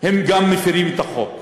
הם גם מפֵרים את החוק.